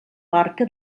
barca